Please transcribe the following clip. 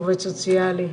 עובד סוציאלי.